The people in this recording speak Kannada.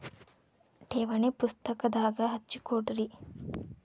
ಠೇವಣಿ ಪುಸ್ತಕದಾಗ ಹಚ್ಚಿ ಕೊಡ್ರಿ